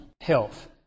health